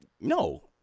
No